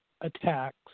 attacks